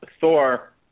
Thor